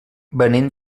venim